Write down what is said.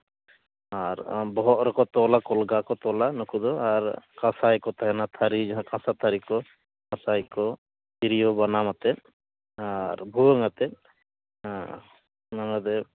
ᱟᱨ ᱵᱚᱦᱚᱜ ᱨᱮᱠᱚ ᱛᱚᱞᱟ ᱠᱚᱞᱜᱟ ᱠᱚ ᱛᱚᱞᱟ ᱱᱩᱠᱩ ᱫᱚ ᱟᱨ ᱠᱟᱸᱥᱟᱭ ᱠᱚ ᱛᱟᱦᱮᱱᱟ ᱛᱷᱟᱹᱨᱤ ᱡᱟᱦᱟᱸ ᱠᱟᱥᱟ ᱛᱷᱟᱹᱨᱤ ᱠᱚ ᱠᱟᱸᱥᱟᱭ ᱠᱚ ᱛᱨᱤᱭᱳ ᱵᱟᱱᱟᱢᱟᱛᱮ ᱟᱨ ᱵᱷᱩᱣᱟᱹᱝᱟᱛᱮ ᱚᱱᱟ ᱫᱚ